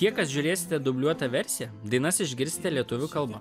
tie kas žiūrėsite dubliuotą versiją dainas išgirsite lietuvių kalba